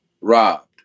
robbed